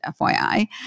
FYI